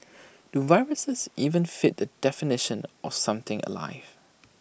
do viruses even fit the definition of something alive